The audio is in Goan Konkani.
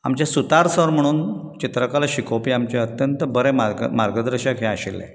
आमचे सुतार सर म्हणून चित्रकला शिकोवपी आमचे अत्यंत बरे मार्ग मार्गदर्शक हे आशिल्ले